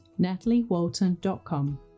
nataliewalton.com